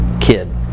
kid